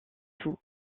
tout